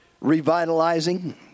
revitalizing